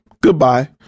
Goodbye